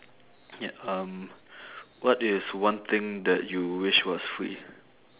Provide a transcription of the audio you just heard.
ya um what is one thing that you wish was free